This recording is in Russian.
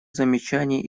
замечания